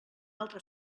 altre